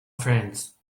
friends